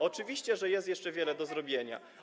Oczywiście, że jest jeszcze wiele do zrobienia.